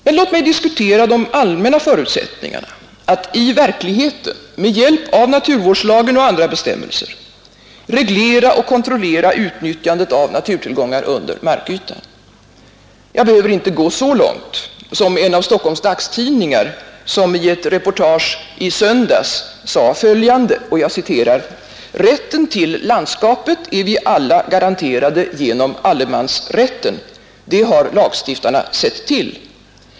Men låt mig diskutera de allmänna förutsättningarna att i verkligheten, med hjälp av naturvårdslagen och andra bestämmelser, reglera och kontrollera utnyttjandet av naturtillgångar under markytan. Jag behöver inte gå så långt som en av Stockholms dagstidningar, som i ett reportage i söndags sade följande: ”Rätten till landskapet är vi alla garanterade genom allemansrätten. Det har lagstiftarna sett till.